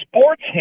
sports